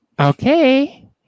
okay